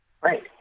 Right